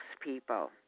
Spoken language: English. people